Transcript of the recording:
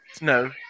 No